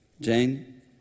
Jane